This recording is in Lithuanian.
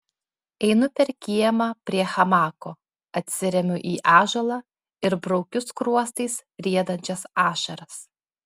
einu per kiemą prie hamako atsiremiu į ąžuolą ir braukiu skruostais riedančias ašaras